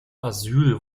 asyl